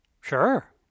Sure